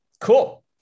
cool